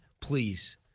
Please